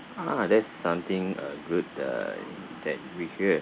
ah that's something uh good the that we hear